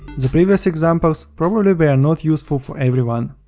the previous examples probably were not useful for everyone,